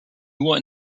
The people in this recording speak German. nur